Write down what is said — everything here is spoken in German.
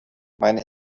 meine